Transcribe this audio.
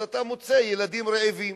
אתה מוצא ילדים רעבים.